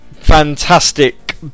fantastic